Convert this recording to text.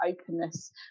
openness